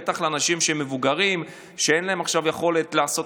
בטח אנשים מבוגרים שאין להם עכשיו יכולת לעשות